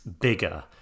bigger